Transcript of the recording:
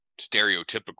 stereotypical